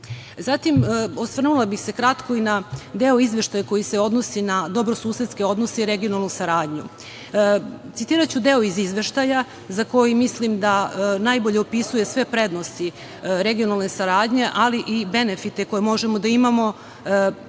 predlog. Osvrnula bih se kratko i na deo Izveštaja koji se odnosi na dobrosusedske odnose i regionalnu saradnju. Citiraću deo iz Izveštaja za koji mislim da najbolje opisuje sve prednosti regionalne saradnje, ali i benefite koje možemo da imamo, i to